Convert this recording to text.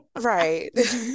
right